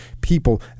people